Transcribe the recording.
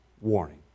warning